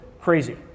crazy